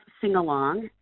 sing-along